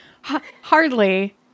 hardly